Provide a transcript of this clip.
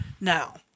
Now